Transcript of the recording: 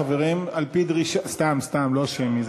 חברים, על-פי דרישה, סתם, סתם, לא שמית,